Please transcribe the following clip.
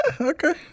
Okay